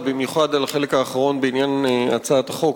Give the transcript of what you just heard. ובמיוחד על החלק האחרון בעניין הצעת החוק,